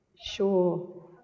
sure